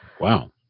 wow